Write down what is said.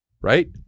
Right